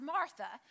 Martha